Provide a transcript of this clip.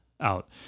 out